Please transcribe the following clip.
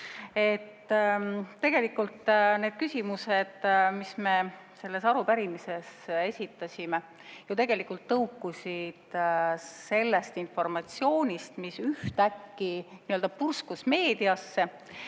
Tegelikult need küsimused, mis me selles arupärimises esitasime, ju tegelikult tõukusid sellest informatsioonist, mis ühtäkki nii-öelda purskus meediasse.